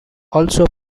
also